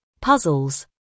Puzzles